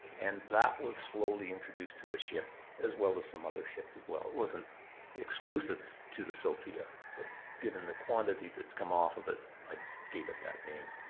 and that was slowly introduced to the ship as well as some other ships as well. it wasn't exclusive to the sophia. but given the quantity that's come off of it, i gave it that name.